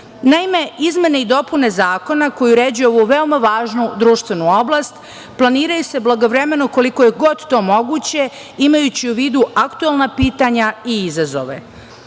izmene i dopune zakona koji uređuju ovu veoma važnu društvenu oblast planiraju se blagovremeno, koliko je god to moguće, imajući u vidu aktuelna pitanja i izazove.